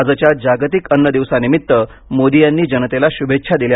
आजच्या जागतिक अन्न दिवसानिमित्त मोदी यांनी जनतेला शुभेच्छा दिल्या